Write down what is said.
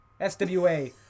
SWA